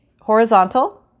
horizontal